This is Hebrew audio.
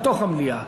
בתוך המליאה.